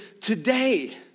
today